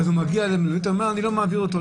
אז הוא מגיע למלונית ואומר: אני לא מעביר אותו,